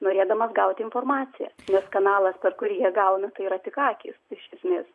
norėdamas gauti informaciją nes kanalas per kurį jie gauna tai yra tik akys iš esmės